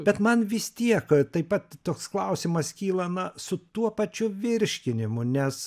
bet man vis tiek taip pat toks klausimas kyla na su tuo pačiu virškinimu nes